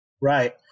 Right